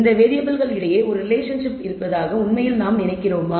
இந்த வேறியபிள்கள் இடையே ஒரு ரிலேஷன்ஷிப் இருப்பதாக நாம் உண்மையில் நினைக்கிறோமா